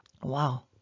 wow